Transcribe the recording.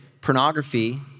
pornography